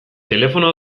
telefonoa